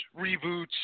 reboots